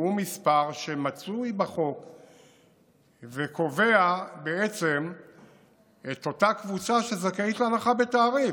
הוא מספר שמצוי בחוק וקובע את אותה קבוצה שזכאית להנחה בתעריף.